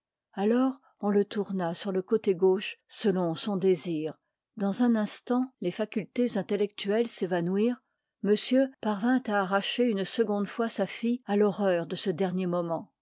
alors on le tourna sur le côté gauche selon son désir dans un instant les facultés intellectuelles s'évanouirent monsieur parvint à arracher une seconde fois sa fille à l'horreur de ce dernier moment